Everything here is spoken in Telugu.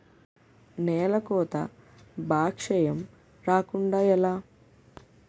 నేలకోత భూక్షయం రాకుండ ఎలా?